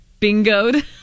Bingoed